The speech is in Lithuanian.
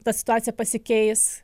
ta situacija pasikeis